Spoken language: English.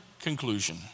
conclusion